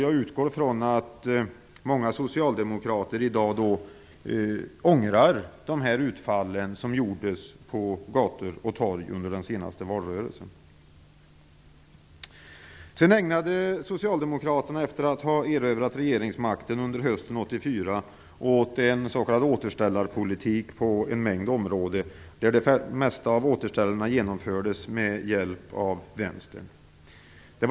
Jag utgår från att många socialdemokrater i dag ångrar de utfall som gjordes på gator och torg den senaste valrörelsen. Efter att ha erövrat regeringsmakten 1994 ägnade socialdemokraterna hösten åt en s.k. återställarpolitik på en mängd områden. De flesta återställarna genomfördes med hjälp av Vänstern.